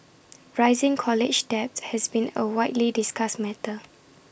rising college debt has been A widely discussed matter